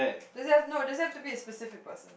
does it have no does it have to be a specific person